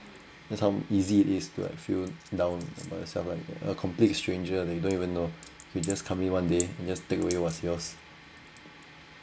that's how easy it is to like feel down about myself like a complete stranger they don't even know they just come in one day they just take away what is yours